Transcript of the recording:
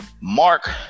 Mark